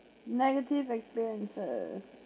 negative experiences